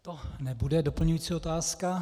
To nebude doplňující otázka.